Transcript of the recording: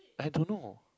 I don't know